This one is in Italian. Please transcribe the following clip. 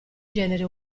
genere